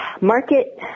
market